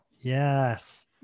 Yes